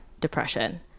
depression